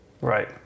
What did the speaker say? Right